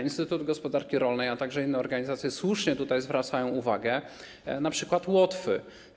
Instytut Gospodarki Rolnej, a także inne organizacje słusznie zwracają uwagę na przykład Łotwy.